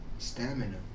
Stamina